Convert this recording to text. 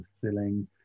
filling